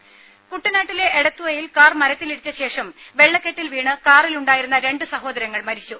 ടെട കുട്ടനാട്ടിലെ എടത്വയിൽ കാർ മരിത്തിലിടിച്ച ശേഷം വെള്ളക്കെട്ടിൽ വീണ് കാറിലുണ്ടായിരുന്ന രണ്ട് സഹോദരങ്ങൾ മരിച്ചു